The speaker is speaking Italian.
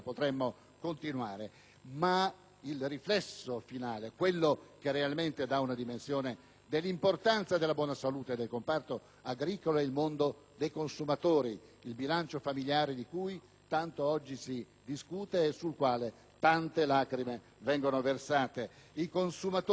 Ma il riflesso finale, ciò che realmente dà l'idea dell'importanza e della buona salute del comparto agricolo è il mondo dei consumatori, il bilancio familiare di cui tanto oggi si discute e sul quale tante lacrime vengono versate. I consumatori sono i primi